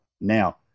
Now